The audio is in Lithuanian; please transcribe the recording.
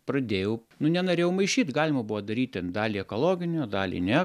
pradėjau nu nenorėjau maišyt galima buvo daryt ten dalį ekologinio dalį ne